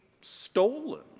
stolen